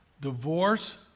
divorce